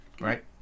right